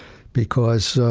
because,